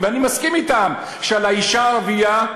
ואני מסכים אתם שלגבי האישה הערבייה,